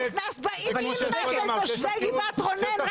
באימ-אימא של תושבי גבעת רונן,